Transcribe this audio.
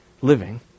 living